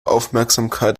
aufmerksamkeit